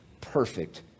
perfect